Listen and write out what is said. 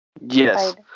Yes